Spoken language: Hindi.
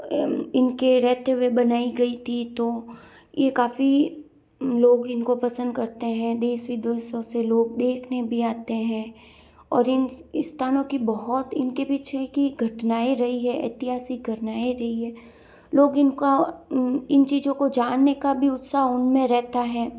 इनके रहते हुए बनाई गई थी तो ये काफ़ी लोग इनको पसंद करते हैं देश विदेशों से लोग देखने भी आते हैं और इन स्थानों की बहुत इनके पीछे की घटनाएँ रही है ऐतिहासिक घटनाएँ रही है लोग इनको इन चीज़ों को जानने का भी उत्साह उनमें रहता है